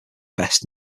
best